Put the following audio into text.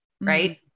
Right